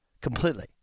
completely